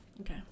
Okay